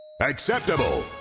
Acceptable